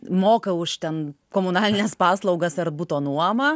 moka už ten komunalines paslaugas ar buto nuomą